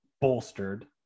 bolstered